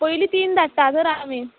पयली तीन धाडटा तर आमी